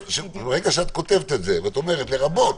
הם יוכלו לטוס לצורך לימודים בחו"ל.